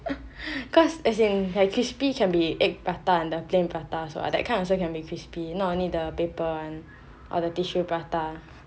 cause as in crispy can be egg prata and the plain prata also what that kind of also can be crispy not only the paper one or the tissue prata